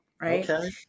right